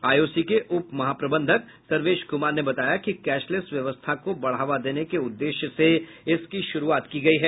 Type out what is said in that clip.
IOC के उप महाप्रबंधक सर्वेश कुमार ने बताया कि कैशलेस व्यवस्था को बढ़ावा देने के उद्देश्य से इसकी शुरूआत की गयी है